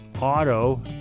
auto